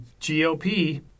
GOP